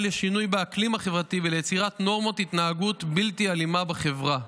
לשינוי באקלים החברתי וליצירת נורמות התנהגות בלתי אלימה בחברה.